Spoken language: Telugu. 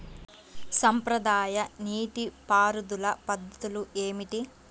సాంప్రదాయ నీటి పారుదల పద్ధతులు ఏమిటి?